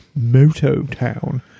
Mototown